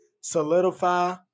solidify